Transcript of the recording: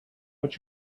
what